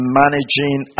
managing